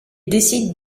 décide